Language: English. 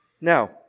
Now